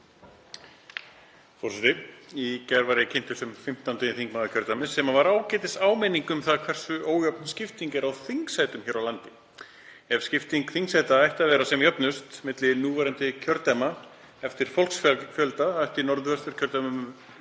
Forseti. Í gær var ég kynntur sem 15. þingmaður kjördæmis, sem var ágætisáminning um það hversu ójöfn skipting er á þingsætum hér á landi. Ef skipting þingsæta ætti að vera sem jöfnust milli núverandi kjördæma eftir fólksfjölda ætti Norðvesturkjördæmi